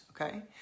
okay